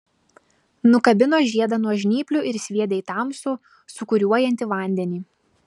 nukabino žiedą nuo žnyplių ir sviedė į tamsų sūkuriuojantį vandenį